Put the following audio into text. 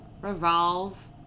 revolve